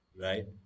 Right